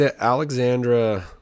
Alexandra